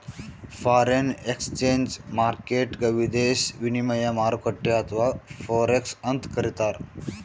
foreign exchange ಮಾರ್ಕೆಟ್ಗ್ ವಿದೇಶಿ ವಿನಿಮಯ ಮಾರುಕಟ್ಟೆ ಅಥವಾ ಫೋರೆಕ್ಸ್ ಅಂತ್ ಕರಿತಾರ್